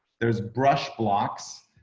there's brush blocks.